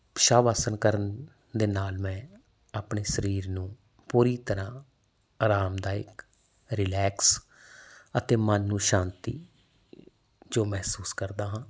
ਸ਼ਵ ਆਸਣ ਕਰਨ ਦੇ ਨਾਲ ਮੈਂ ਆਪਣੇ ਸਰੀਰ ਨੂੰ ਪੂਰੀ ਤਰ੍ਹਾਂ ਆਰਾਮਦਾਇਕ ਰਿਲੈਕਸ ਅਤੇ ਮਨ ਨੂੰ ਸ਼ਾਂਤੀ ਜੋ ਮਹਿਸੂਸ ਕਰਦਾ ਹਾਂ